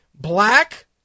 black